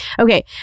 Okay